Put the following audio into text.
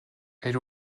elle